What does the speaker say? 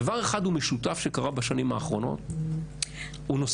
הדבר אחד המשותף שקרה בשנים האחרונות הוא נושא